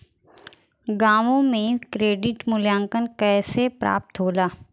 गांवों में क्रेडिट मूल्यांकन कैसे प्राप्त होला?